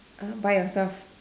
err buy yourself